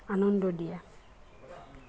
আনন্দ দিয়া